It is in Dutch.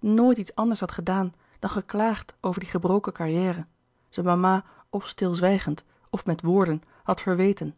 nooit iets anders had gedaan dan geklaagd over die gebroken carrière ze mama of stilzwijgend of met woorden had verweten